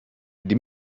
die